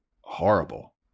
horrible